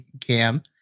Cam